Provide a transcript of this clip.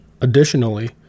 Additionally